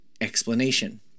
Explanation